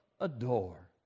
adore